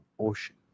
ocean